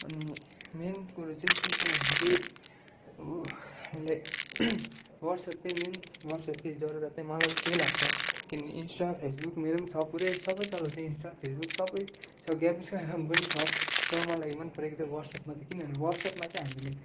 अनि मेन कुरो चाहिँ के छ भने चाहिँ हामीलाई वाट्सएप चाहिँ मेन वाट्सएप चाहिँ जरुरत मेरो त्यही लाग्छ किनभने इन्स्टा फेसबुक मेरो पनि छ पुरै सबै चलाउँछु इन्स्टा फेसबुक सबै छ गेम्स चाहिँ आँखामा पनि छ तर मलाई मनपरको चाहिँ वाट्सएप मात्रै किनभने वाट्सएपमा चाहिँ हामीले